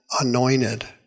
anointed